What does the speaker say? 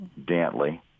Dantley